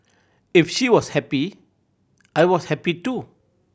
if she was happy I was happy too